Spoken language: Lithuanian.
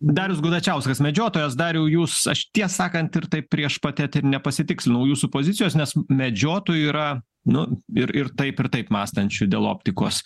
darius gudačiauskas medžiotojas dariau jūs aš tiesą sakant ir taip prieš pat eterį nepasitiksnau jūsų pozicijos nes medžiotojų yra nu ir ir taip ir taip mąstančių dėl optikos